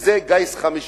זה גיס חמישי.